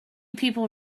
people